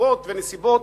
וסיבות ונסיבות.